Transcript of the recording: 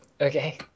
Okay